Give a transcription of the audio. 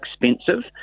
expensive